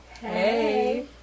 Hey